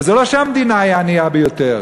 וזה לא שהמדינה היא הענייה ביותר,